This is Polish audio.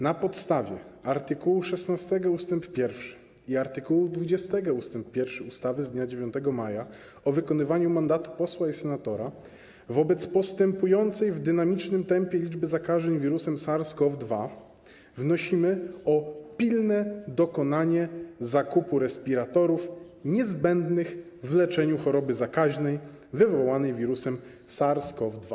Na podstawie art. 16 ust. 1 i art. 20 ust. 1 ustawy z dnia 9 maja o wykonywaniu mandatu posła i senatora wobec postępującej w dynamicznym tempie liczby zakażeń wirusem SARS-CoV-2 wnosimy o pilne dokonanie zakupu respiratorów niezbędnych w leczeniu choroby zakaźnej wywołanej wirusem SARS-CoV-2.